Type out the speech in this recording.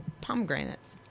pomegranates